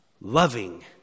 loving